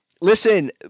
listen